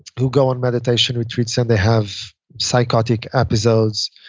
who go on meditation retreats and they have psychotic episodes.